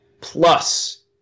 plus